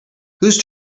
whose